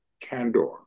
candor